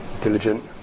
Diligent